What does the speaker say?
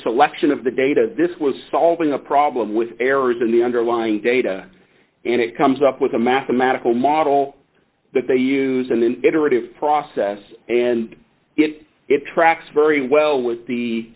data this was solving a problem with errors in the underlying data and it comes up with a mathematical model that they use and then iterative process and it tracks very well with the